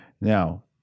Now